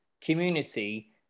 community